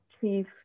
chief